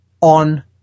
on